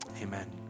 amen